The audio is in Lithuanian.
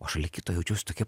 o šalia kito jaučiausi tokia